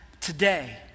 today